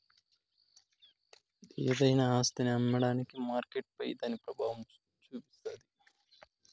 ఏదైనా ఆస్తిని అమ్మేదానికి మార్కెట్పై దాని పెబావం సూపిస్తాది